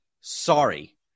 Sorry